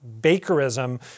bakerism